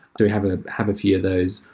we have ah have a few of those.